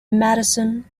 madison